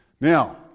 Now